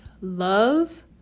love